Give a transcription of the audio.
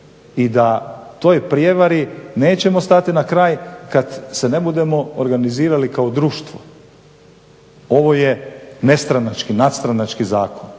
i da toj prijevari nećemo stati na kraj kad se ne budemo organizirali kao društvo. Ovo je nestranački, nadstranački zakon,